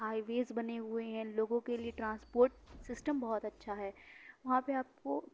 high ویز بنے ہوئے ہیں لوگوں کے لئے ٹرانسپورٹ سِسٹم بہت اچھا ہے وہاں پہ آپ کو